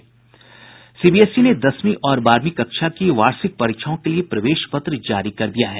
CBSE ने दसवीं और बारहवीं कक्षा की वार्षिक परीक्षाओं के लिए प्रवेश पत्र जारी कर दिया है